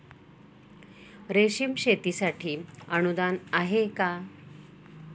रेशीम शेतीसाठी अनुदान आहे का?